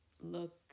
look